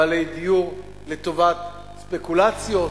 בעלי דיור לטובת ספקולציות.